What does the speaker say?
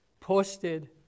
posted